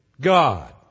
God